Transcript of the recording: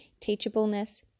teachableness